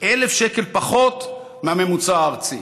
1,000 שקל פחות מהממוצע הארצי.